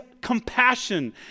compassion